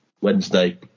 Wednesday